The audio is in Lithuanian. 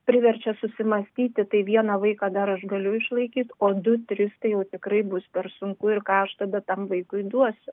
priverčia susimąstyti tai vieną vaiką dar aš galiu išlaikyt o du trys tai jau tikrai bus per sunku ir ką aš tada tam vaikui duosiu